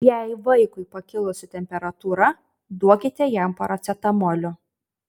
jei vaikui pakilusi temperatūra duokite jam paracetamolio